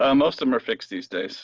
um most of them are fixed these days